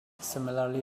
similarly